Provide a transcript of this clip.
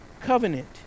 covenant